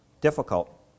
difficult